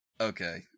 Okay